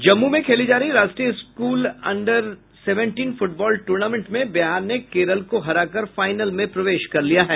जम्मू में खेली जा रही राष्ट्रीय school under seventeen football tournament में बिहार ने केरल को हराकर फाइनल में प्रवेश कर लिया है